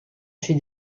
chez